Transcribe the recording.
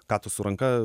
ką tu su ranka